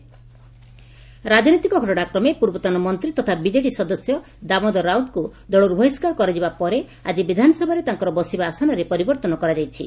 ବିଧାନସଭା ଦାମରାଉତ ରାକନୀତିକ ଘଟଶାକ୍ରମେ ପୂର୍ବତନ ମନ୍ତୀ ତଥା ବିଜେଡ଼ି ସଦସ୍ୟ ଦାମୋଦର ରାଉତଙ୍କୁ ଦଳରୁ ବହିଷ୍କାର କରାଯିବା ପରେ ଆଜି ବିଧାନସଭାରେ ତାଙ୍କର ବସିବା ଆସନରେ ପରିବର୍ଉନ କରାଯାଇଛି